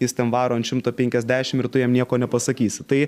jis ten varo ant šimto penkiasdešim ir tu jam nieko nepasakysi tai